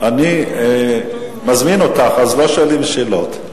אני מזמין אותך, אז לא שואלים שאלות.